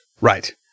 Right